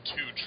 Two